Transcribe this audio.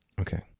okay